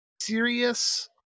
serious